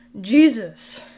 Jesus